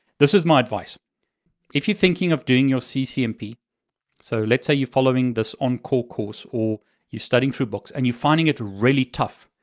this is my advice if you're thinking of doing your ccnp, so let's say you're following this um encor course, or you're studying through books and you're finding it really tough,